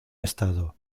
estado